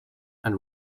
and